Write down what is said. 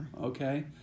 okay